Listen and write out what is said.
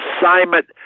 assignment